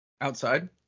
Outside